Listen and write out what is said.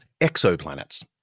exoplanets